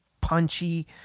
punchy